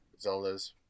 zeldas